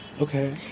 Okay